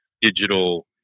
digital